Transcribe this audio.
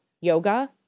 yoga